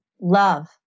Love